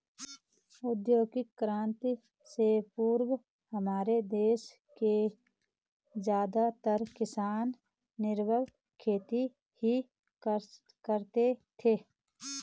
औद्योगिक क्रांति से पूर्व हमारे देश के ज्यादातर किसान निर्वाह खेती ही करते थे